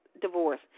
divorce